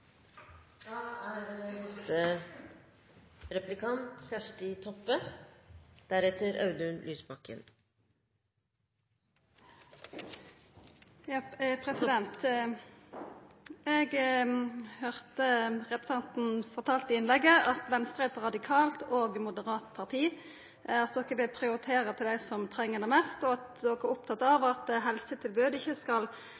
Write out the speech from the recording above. representanten fortelja i innlegget at Venstre er eit radikalt og moderat parti, at ein vil prioritera dei som treng det mest, og at ein er opptatt